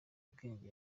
ubwenge